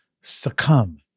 succumb